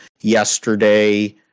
Yesterday